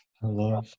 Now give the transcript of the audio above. Hello